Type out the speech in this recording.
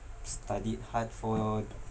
studied hard for